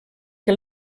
que